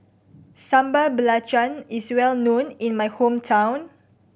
Sambal Belacan is well known in my hometown